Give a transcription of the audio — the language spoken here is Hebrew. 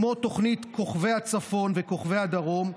כמו תוכנית כוכבי הצפון וכוכבי הדרום,